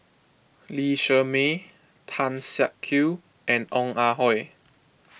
Lee Shermay Tan Siak Kew and Ong Ah Hoi